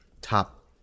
top